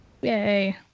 Yay